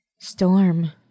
storm